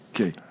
Okay